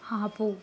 ఆపు